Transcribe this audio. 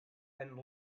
and